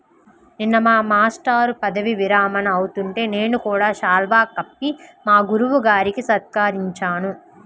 నిన్న మా మేష్టారు పదవీ విరమణ అవుతుంటే నేను కూడా శాలువా కప్పి మా గురువు గారిని సత్కరించాను